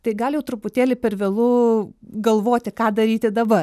tai gal jau truputėlį per vėlu galvoti ką daryti dabar